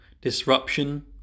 Disruption